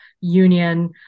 union